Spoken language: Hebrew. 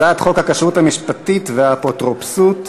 הצעת חוק הכשרות המשפטית והאפוטרופסות (תיקון,